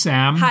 Sam